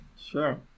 Sure